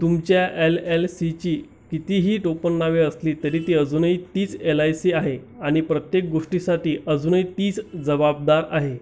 तुमच्या L L C ची कितीही टोपणनावे असली तरी ती अजूनही तीच एल आय सी आहे आणि प्रत्येक गोष्टीसाठी अजूनही तीच जबाबदार आहे